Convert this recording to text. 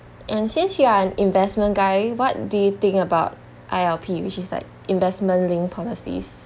and since you're an investment guy what do you think about I_L_P which is like investment linked policies